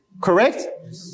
correct